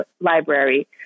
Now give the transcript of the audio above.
library